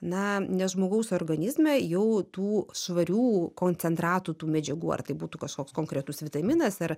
na ne žmogaus organizme jau tų švarių koncentratų tų medžiagų ar tai būtų kažkoks konkretus vitaminas ar